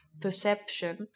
perception